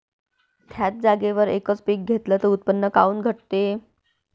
थ्याच जागेवर यकच पीक घेतलं त उत्पन्न काऊन घटते?